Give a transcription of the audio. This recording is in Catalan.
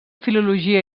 filologia